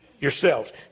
yourselves